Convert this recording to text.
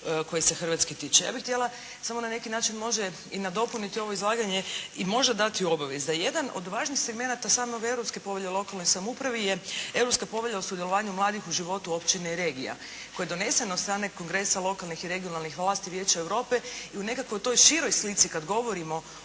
koji se Hrvatske tiče. Ja bih htjela samo na neki način možda i nadopuniti ovo izlaganje i može dati obavijest da jedan od važnih segmenata same ove Europske povelje o lokalnoj samoupravi je Europska povelja o sudjelovanju mladih u životu općine i regija koja je donesena od strane kongresa lokalnih i regionalnih vlasti Vijeća Europe i u nekakvoj toj široj slici kada govorimo